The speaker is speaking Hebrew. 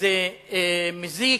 זה מזיק.